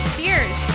Cheers